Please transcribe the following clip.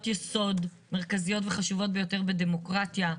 יסוד מרכזיות וחשובות ביותר בדמוקרטיה,